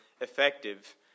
effective